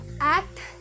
Act